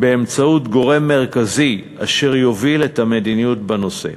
באמצעות גורם מרכזי אשר יוביל את המדיניות בנושא.